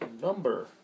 Number